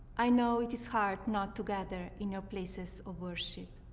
i know it is hard not to gather in your places of worship,